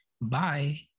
Bye